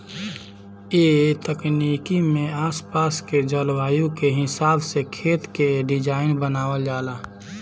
ए तकनीक में आस पास के जलवायु के हिसाब से खेत के डिज़ाइन बनावल जाला